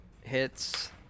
hits